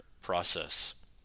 process